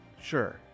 Sure